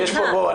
סליחה,